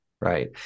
Right